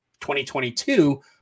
2022